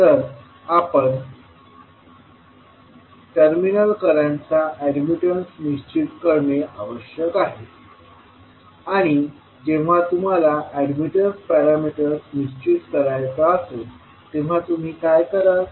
तर आपण टर्मिनल करंटचा अॅडमिटन्स निश्चित करणे आवश्यक आहे आणि जेव्हा तुम्हाला अॅडमिटन्स पॅरामीटर निश्चित करायचा असेल तेव्हा तुम्ही काय कराल